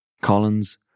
Collins